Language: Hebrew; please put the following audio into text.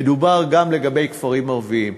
מדובר גם לגבי כפרים ערביים.